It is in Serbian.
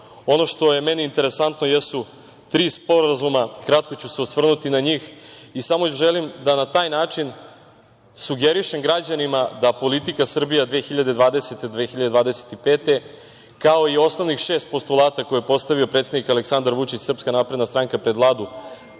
što je meni interesantno jesu tri sporazuma. Kratko ću se osvrnuti na njih i samo želim da na taj način sugerišem građanima da politika Srbija 2020-2025, kao i osnovnih šest postulata koje je postavio predsednik Aleksandar Vučić, Srpska napredna stranka pred Vladu